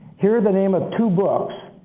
here are the names of two books.